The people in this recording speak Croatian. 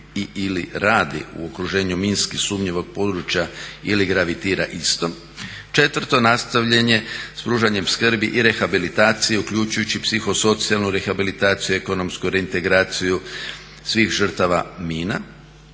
ili radi u okruženju minski sumnjivog područja ili gravitira istom. Četvrto nastavljen je s pružanjem skrbi i rehabilitacije uključujući i psihosocijalnu rehabilitaciju, ekonomsku reintegraciju svih žrtava mina.